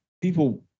people